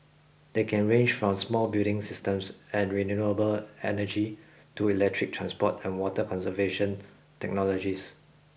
they can range from smart building systems and renewable energy to electric transport and water conservation technologies